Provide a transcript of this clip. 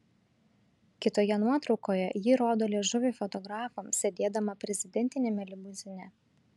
kitoje nuotraukoje ji rodo liežuvį fotografams sėdėdama prezidentiniame limuzine